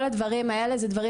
כל הדברים האלה הם דברים